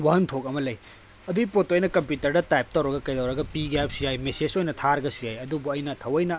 ꯋꯥꯍꯟꯊꯣꯛ ꯑꯃ ꯂꯩ ꯑꯗꯨꯒꯤ ꯄꯣꯠꯇꯣ ꯑꯩꯅ ꯀꯝꯄ꯭ꯌꯨꯇꯔꯗ ꯇꯥꯏꯞ ꯇꯧꯔꯒ ꯀꯩꯗꯧꯔꯒ ꯄꯤꯒꯦ ꯍꯥꯏꯕꯁꯨ ꯌꯥꯏ ꯃꯦꯁꯦꯁ ꯑꯣꯏꯅ ꯊꯥꯔꯒꯁꯨ ꯌꯥꯏ ꯑꯗꯨꯕꯨ ꯑꯩꯅ ꯊꯧꯑꯣꯏꯅ